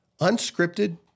unscripted